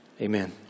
Amen